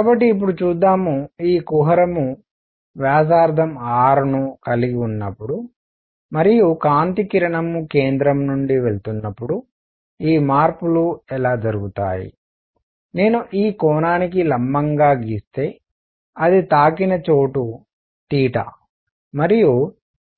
కాబట్టి ఇప్పుడు చూద్దాం ఈ కుహరం వ్యాసార్థం r ను కలిగి ఉన్నప్పుడు మరియు కాంతి కిరణం కేంద్రం నుండి వెళుతున్నప్పుడు ఈ మార్పులు ఎలా జరుగుతాయి నేను ఈ కోణానికి లంబంగా గీస్తే అది తాకిన చోటు తీటా మరియు